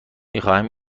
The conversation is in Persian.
میخواهم